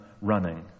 running